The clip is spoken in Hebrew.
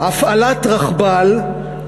הפעלת רכבל,